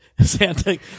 Santa